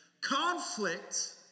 conflict